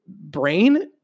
brain